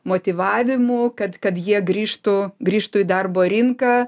motyvavimu kad kad jie grįžtų grįžtų į darbo rinką